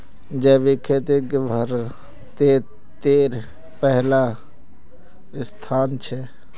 जैविक खेतित भारतेर पहला स्थान छे